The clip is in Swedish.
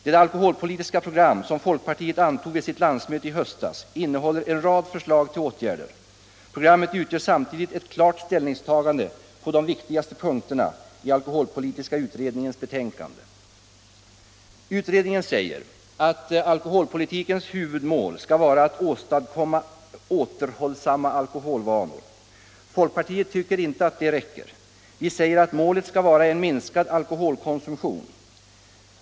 Det alkoholpolitiska program som folkpartiet antog vid sitt landsmöte i höstas innehåller en rad förslag till åtgärder. Programmet utgör samtidigt ett klart ställningstagande på de viktigaste punkterna i alkoholpolitiska utredningens betänkande. Utredningen säger att alkoholpolitikens huvudmål skall vara att åstadkomma återhållsamma alkoholvanor. Folkpartiet tycker inte att det räcker. Vi säger att målet skall vara en minskad alkoholkonsumtion.